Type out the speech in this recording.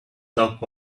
top